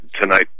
tonight